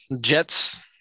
Jets